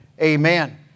Amen